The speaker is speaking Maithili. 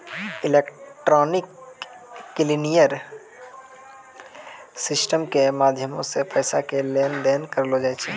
इलेक्ट्रॉनिक क्लियरिंग सिस्टम के माध्यमो से पैसा के लेन देन करलो जाय छै